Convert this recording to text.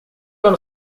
вам